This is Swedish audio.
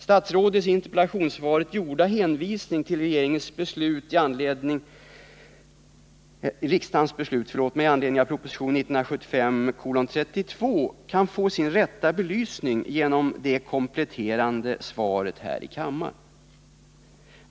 Statsrådets i interpellationssvaret gjorda hänvisning till riksdagens beslut i anledning av propositionen 1975:32 kan få sin rätta belysning genom ett kompletterande svar här i kammaren.